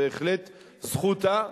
בהחלט זכותה.